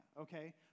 okay